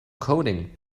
coding